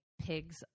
pigs